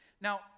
Now